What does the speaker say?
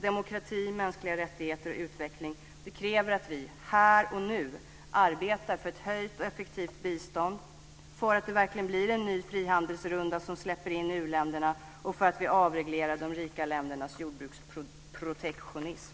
Demokrati, mänskliga rättigheter och utveckling kräver att vi här och nu arbetar för ett höjt och effektivt bistånd, att det verkligen blir en ny frihandelsrunda som släpper in u-länderna och att vi avreglerar de rika ländernas jordbruksprotektionism.